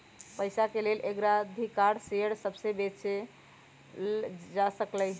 पइसाके लेल अग्राधिकार शेयर सभके सेहो बेचल जा सकहइ